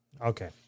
Okay